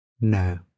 No